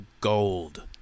gold